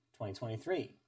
2023